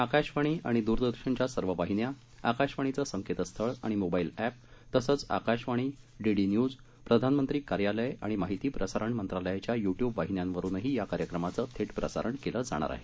आकाशवाणीआणिदूरदर्शनच्यासर्ववाहिन्या आकाशवाणीचंसंकेतस्थळआणिमोबाईलएप तसंचआकाशवाणी डीडीन्यूज प्रधानमंत्रीकार्यालयआणिमाहितीप्रसारणमंत्रालयाच्याय्ट्य्बवाहिन्यांवरूनहीयाकार्यक्रमाचंथेट प्रसारणकेलंजाणारआहे